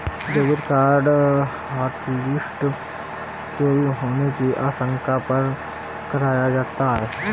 debit card hotlist चोरी होने की आशंका पर कराया जाता है